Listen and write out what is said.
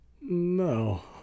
no